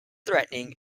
threatening